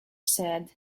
said